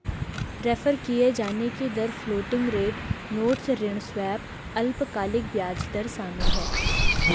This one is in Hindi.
रेफर किये जाने की दर फ्लोटिंग रेट नोट्स ऋण स्वैप अल्पकालिक ब्याज दर शामिल है